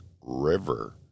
river